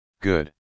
Good